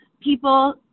people